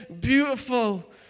beautiful